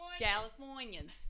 Californians